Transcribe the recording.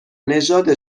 نژاد